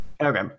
Okay